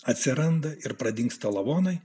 atsiranda ir pradingsta lavonai